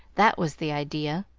that was the idea.